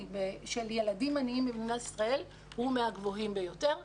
של ילדים עניים במדינת ישראל הוא מהגבוהים ביותר.